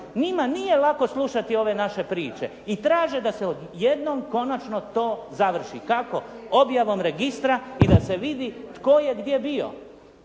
Njima nije lako slušati ove naše priče i traže da se jednom konačno to završi. Kako? Objavom registra i da se vidi tko je gdje bio.